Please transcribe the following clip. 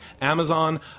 Amazon